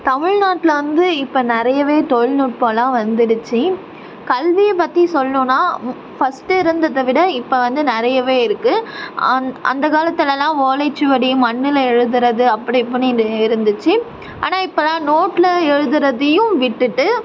தமிழ்நாட்டில் வந்து இப்போ நிறையவே தொழில்நுட்பம் எல்லாம் வந்துடுச்சு கல்வி பற்றி சொல்லணும்னா ஃபர்ஸ்ட்டு இருந்ததை விட இப்போ வந்து நிறயவே இருக்கு அந்த காலத்தில்லாம் ஓலை சுவடி மண்ணில் எழுதுறது அப்படி இப்படி இருந்துச்சு ஆனால் இப்போலாம் நோட்டில் எழுதுறதையும் விட்டுவிட்டு